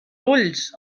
ulls